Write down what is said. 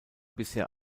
bisher